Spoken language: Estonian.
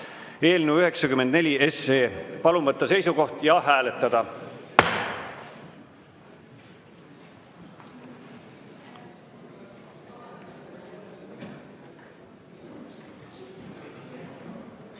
eelnõu 94. Palun võtta seisukoht ja hääletada!